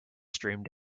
streamed